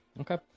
Okay